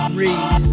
read